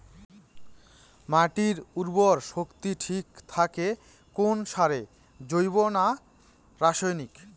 মাটির উর্বর শক্তি ঠিক থাকে কোন সারে জৈব না রাসায়নিক?